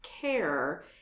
care